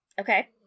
Okay